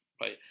right